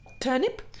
Turnip